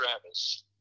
travis